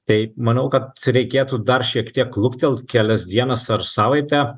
tai manau kad reikėtų dar šiek tiek luktelt kelias dienas ar savaitę